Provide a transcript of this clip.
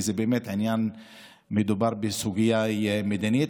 כי באמת מדובר בסוגיה מדינית.